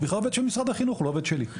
הוא בכלל עובד של משרד החינוך ולא של רשות מקומית.